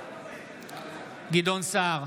בעד גדעון סער,